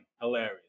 hilarious